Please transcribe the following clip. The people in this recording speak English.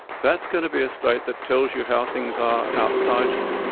that's going to be a state that tells you how things are outside you.